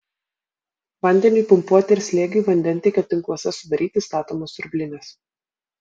vandeniui pumpuoti ir slėgiui vandentiekio tinkluose sudaryti statomos siurblinės